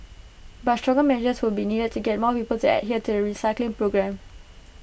but stronger measures will be needed to get more people to adhere to the recycling program